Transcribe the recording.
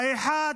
האחת,